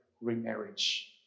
remarriage